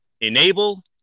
Enable